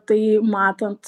tai matant